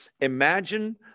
Imagine